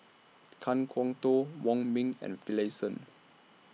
Kan Kwok Toh Wong Ming and Finlayson